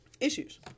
issues